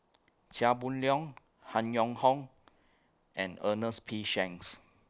Chia Boon Leong Han Yong Hong and Ernest P Shanks